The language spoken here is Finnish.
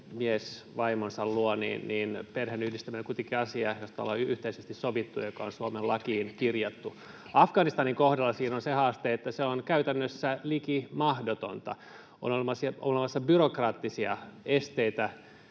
miehen vaimonsa luo, niin perheenyhdistäminen on kuitenkin asia, josta ollaan yhteisesti sovittu ja joka on Suomen lakiin kirjattu. Afganistanin kohdalla siinä on se haaste, että se on käytännössä liki mahdotonta. On olemassa byrokraattisia esteitä,